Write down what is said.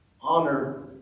honor